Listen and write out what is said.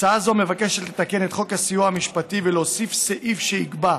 הצעה זו מבקשת לתקן את חוק הסיוע המשפטי ולהוסיף סעיף הקובע